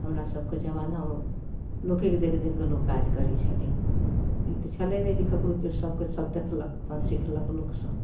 हमरासभके जमानामे लोकेके देखि देखिके लोक काज करै छलै ई तऽ छलै नहि जे ककरो केओ सभके सभ देखलक अपन सिखलक लोकसभ